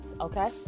okay